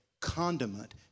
condiment